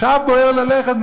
עכשיו בוער ללכת?